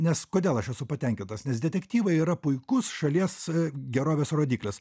nes kodėl aš esu patenkintas nes detektyvai yra puikus šalies gerovės rodiklis